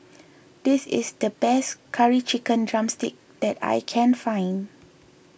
this is the best Curry Chicken Drumstick that I can find